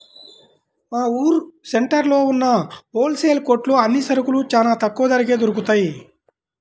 మా ఊరు సెంటర్లో ఉన్న హోల్ సేల్ కొట్లో అన్ని సరుకులూ చానా తక్కువ ధరకే దొరుకుతయ్